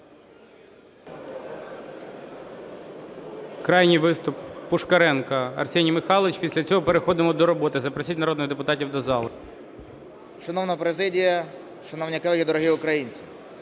Крайній виступ – Пушкаренко Арсеній Михайлович. Після цього переходимо до роботи. Запросіть народних депутатів до зали. 10:35:40 ПУШКАРЕНКО А.М. Шановна президія, шановні колеги, дорогі українці!